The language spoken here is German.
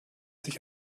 sich